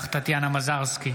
נוכח טטיאנה מזרסקי,